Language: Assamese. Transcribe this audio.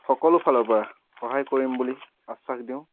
সকলো ফালৰ পৰা সহায় কৰিম বুলি আশ্বাস দিওঁ